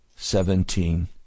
Seventeen